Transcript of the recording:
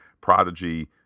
Prodigy